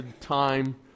time